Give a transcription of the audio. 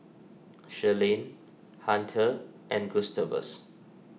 Sherilyn Hunter and Gustavus